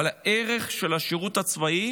אבל הערך של השירות הצבאי